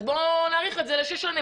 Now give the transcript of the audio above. אז בואו נאריך לשש שנים.